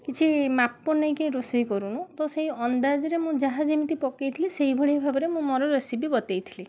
କିଛି ମାପ ନେଇକି ରୋଷେଇ କରୁନୁ ତ ସେଇ ଅନ୍ଦାଜରେ ମୁଁ ଯାହା ଯେମିତି ପକାଇଥିଲି ସେଇଭଳି ଭାବରେ ମୁଁ ମୋର ରେସିପି ବତାଇଥିଲି